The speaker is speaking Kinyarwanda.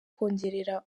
kongerera